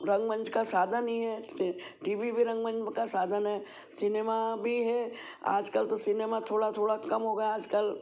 रंगमंच का साधन ही है से टी वी भी रंगमंच का साधन है सिनेमा भी है आजकल तो सिनेमा थोड़ा थोड़ा कम हो गया आजकल